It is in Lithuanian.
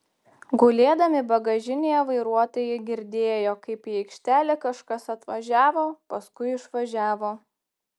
gulėdami bagažinėje vairuotojai girdėjo kaip į aikštelę kažkas atvažiavo paskui išvažiavo